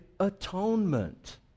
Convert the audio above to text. atonement